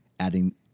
adding